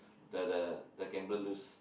the the the gambler lose